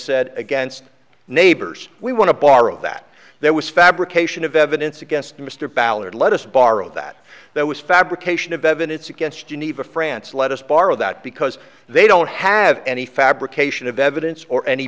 said against neighbors we want to borrow that there was fabrication of evidence against mr ballard let us borrow that there was fabrication of evidence against geneva france let us borrow that because they don't have any fabrication of evidence or any